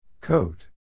Coat